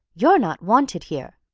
you're not wanted here!